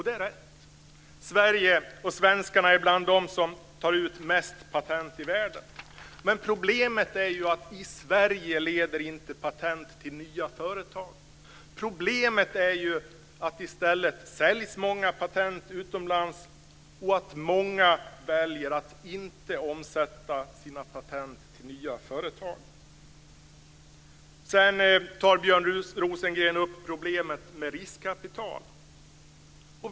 Det är riktigt - Sverige och svenskarna är bland dem som tar ut flest patent i världen - men problemet är att i Sverige leder patent inte till nya företag. I stället säljs många patent utomlands, och många väljer att inte omsätta sina patent i nya företag. Björn Rosengren tar också upp problemet med riskkapital.